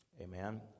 Amen